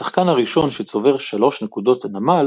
השחקן הראשון שצובר שלוש נקודות נמל